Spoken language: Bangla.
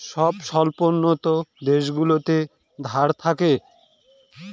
সব স্বল্পোন্নত দেশগুলোতে ধার থাকে